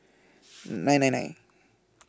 nine nine nine